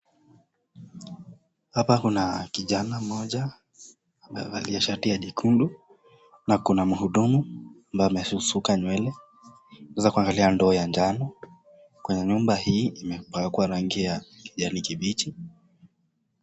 Hapa kuna kijana mmoja amevalia shati ya nyekundu na kuna mhudumu ambaye amesuka nywele, waweza kuangalia ndoo ya njano, kwenye nyumba hii imepakwa rangi ya kijani kibichi.